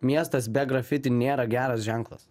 miestas be grafiti nėra geras ženklas